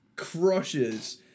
Crushes